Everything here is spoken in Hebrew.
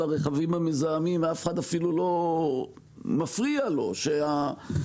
הרכבים המזהמים ולאף אחד אפילו לא מפריע שהרכב